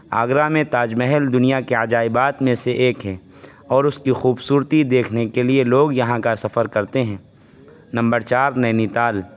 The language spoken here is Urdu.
آگرہ میں تاج محل دنیا کے عجائبات میں سے ایک ہے اور اس کی خوبصورتی دیکھنے کے لیے لوگ یہاں کا سفر کرتے ہیں نمبر چار نینیتال